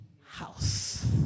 house